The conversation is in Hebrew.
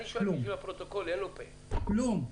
כלום.